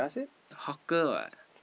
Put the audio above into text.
hawker what